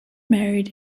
married